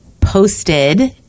posted